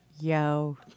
yo